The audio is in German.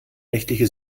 rechtliche